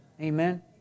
Amen